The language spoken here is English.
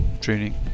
training